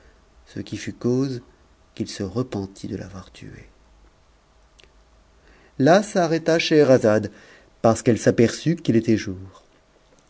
ce qui fut cause qu'il se repentit de l'avoir tué là s'arrêta scheherazade parce qu'elle s'aperçut qu'il était jour